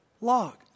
log